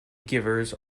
givers